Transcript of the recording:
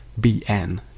bn